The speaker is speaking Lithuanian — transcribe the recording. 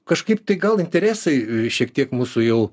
kažkaip tai gal interesai šiek tiek mūsų jau